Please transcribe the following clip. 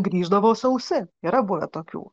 grįždavo sausi yra buvę tokių